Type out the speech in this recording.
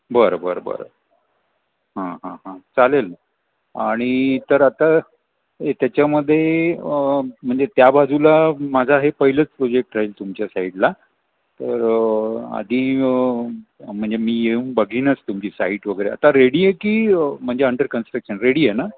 बरं बरं बरं हां हां हां चालेल ना आणि तर आता त्याच्यामध्ये म्हणजे त्या बाजूला माझा हे पहिलंच प्रोजेक्ट राहील तुमच्या साईडला तर आधी म्हणजे मी येऊन बघीनच तुमची साईट वगैरे आता रेडी आहे की म्हणजे अंडर कन्स्ट्रक्शन रेडी आहे ना